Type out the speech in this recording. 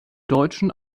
deutschen